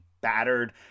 battered